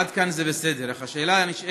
עד כאן זה בסדר, אך השאלה הנשאלת: